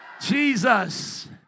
Jesus